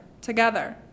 together